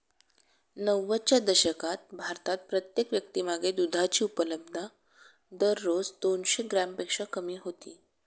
नव्वदच्या दशकात भारतात प्रत्येक व्यक्तीमागे दुधाची उपलब्धता दररोज दोनशे ग्रॅमपेक्षा कमी होती